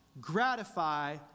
gratify